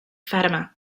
fatima